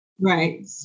Right